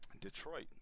Detroit